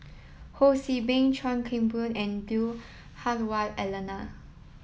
Ho See Beng Chuan Keng Boon and Lui Hah Wah Elena